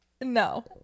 no